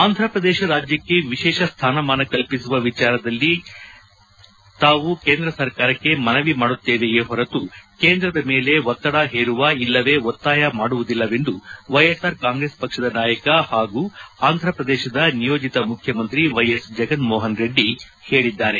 ಆಂಧ್ರಪ್ರದೇಶ ರಾಜ್ಯಕ್ಕೆ ವಿಶೇಷ ಸ್ಥಾನಮಾನ ಕಲ್ಪಿಸುವ ವಿಚಾರದಲ್ಲಿ ನಾವು ಕೇಂದ್ರ ಸರ್ಕಾರಕ್ಕೆ ಮನವಿ ಮಾಡುತ್ತೇವೆಯೇ ಹೊರತು ಕೇಂದ್ರದ ಮೇಲೆ ಒತ್ತಡ ಹೇರುವ ಇಲ್ಲವೇ ಒತ್ತಾಯ ಮಾಡುವುದಿಲ್ಲವೆಂದು ವೈಎಸ್ಆರ್ ಕಾಂಗ್ರೆಸ್ ಪಕ್ಷದ ನಾಯಕ ಪಾಗೂ ಆಂಧ್ರ ಪ್ರದೇಶದ ನಿಯೋಜಿತ ಮುಖ್ಯಮಂತ್ರಿ ವೈ ಎಸ್ ಜಗನ್ ಮೋಪನ್ ರೆಡ್ಡಿ ಹೇಳಿದ್ದಾರೆ